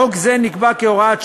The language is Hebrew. חוק זה נקבע כהוראת שעה,